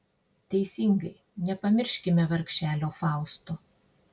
teisingai nepamirškime vargšelio fausto